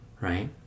right